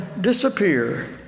disappear